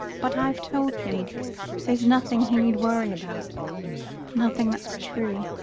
but i've told him there's nothing he need worry about nothing that's true.